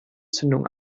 zündung